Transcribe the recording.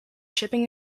shipping